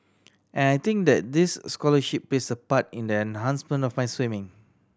and I think that this scholarship plays a part in the enhancement of my swimming